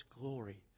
glory